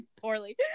poorly